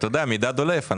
מידע דולף.